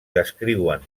descriuen